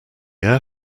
air